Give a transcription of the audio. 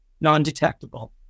non-detectable